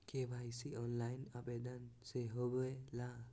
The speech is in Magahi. के.वाई.सी ऑनलाइन आवेदन से होवे ला?